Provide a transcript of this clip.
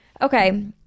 Okay